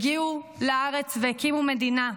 הגיעו לארץ והקימו מדינה.